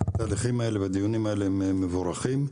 שהתהליכים האלה והדיונים האלה הם מבורכים,